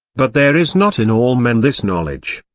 but there is not in all men this knowledge.